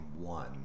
one